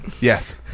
Yes